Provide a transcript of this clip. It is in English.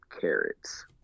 carrots